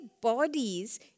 bodies